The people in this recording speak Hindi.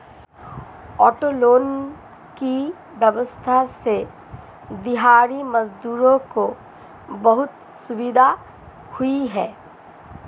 ऑटो लोन की व्यवस्था से दिहाड़ी मजदूरों को बहुत सुविधा हुई है